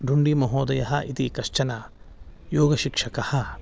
धुण्डिमहोदयः इति कश्चनः योगशिक्षकः